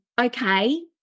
Okay